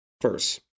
First